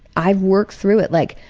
i've worked through it, like,